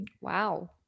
Wow